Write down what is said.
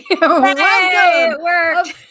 welcome